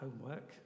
homework